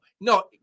No